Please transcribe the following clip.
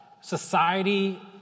society